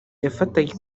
yafataga